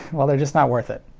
well they're just not worth it.